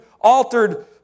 altered